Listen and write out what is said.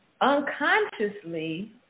unconsciously